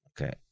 Okay